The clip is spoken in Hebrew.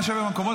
נא לשבת במקומות.